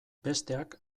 besteak